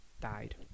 died